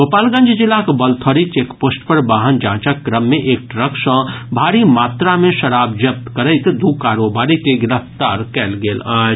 गोपालगंज जिलाक बलथरी चेकपोस्ट पर वाहन जांचक क्रम मे एक ट्रक सॅ भारी मात्रा मे शराब जब्त करैत दू कारोबारी के गिरफ्तार कयल गेल अछि